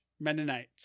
mennonites